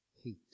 heat